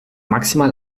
maximal